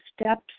steps